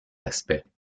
aspects